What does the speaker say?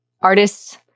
artists